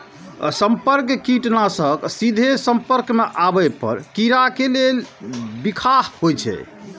संपर्क कीटनाशक सीधे संपर्क मे आबै पर कीड़ा के लेल बिखाह होइ छै